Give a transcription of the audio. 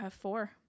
four